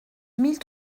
mille